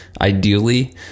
ideally